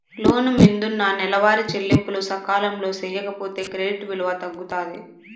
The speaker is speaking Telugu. లోను మిందున్న నెలవారీ చెల్లింపులు సకాలంలో సేయకపోతే క్రెడిట్ విలువ తగ్గుతాది